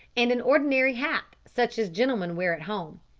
and an ordinary hat, such as gentlemen wear at home.